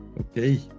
Okay